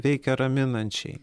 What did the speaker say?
veikia raminančiai